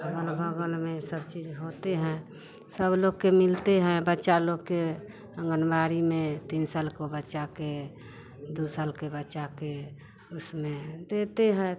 अगल बगल में सब चीज होते हैं सब लोग के मिलते हैं बच्चा लोग के आंगनबाड़ी में तीन साल को बच्चा के दु साल के बच्चा के उसमें देते हैं